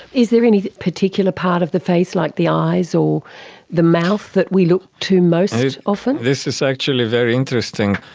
is there any particular part of the face, like the eyes or the mouth, that we look to most often? this is actually very interesting.